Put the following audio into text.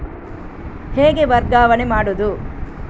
ಹೇಗೆ ವರ್ಗಾವಣೆ ಮಾಡುದು?